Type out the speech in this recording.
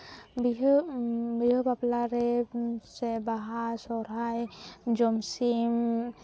ᱵᱤᱦᱟ ᱵᱚᱦᱟᱹ ᱵᱟᱯᱞᱟ ᱨᱮ ᱥᱮ ᱵᱟᱦᱟ ᱥᱟᱨᱦᱟᱭ ᱡᱚᱢᱥᱤᱢ